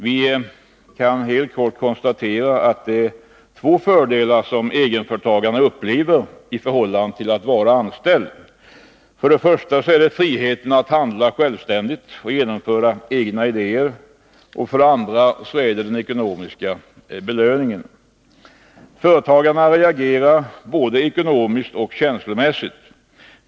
Vi kan helt kort konstatera att det är två fördelar som egenföretagarna upplever i förhållande till att vara anställd. För det första: Friheten att handla självständigt och genomföra egna idéer. För det andra: Den ekonomiska belöningen. Företagarna reagerar både ekonomiskt och känslomässigt.